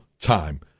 time